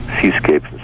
seascapes